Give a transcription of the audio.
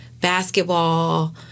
basketball